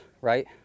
right